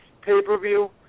pay-per-view